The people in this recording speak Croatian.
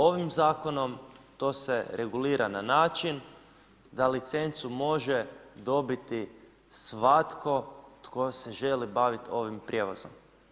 Ovim zakonom to se regulira na način da licencu može dobiti svatko tko se želi bavit ovim prijevozom.